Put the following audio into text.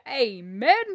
Amen